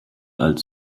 als